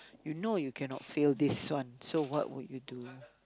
you know you cannot fail this one so what would you do